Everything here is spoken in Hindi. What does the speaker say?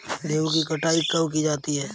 गेहूँ की कटाई कब की जाती है?